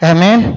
Amen